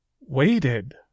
waited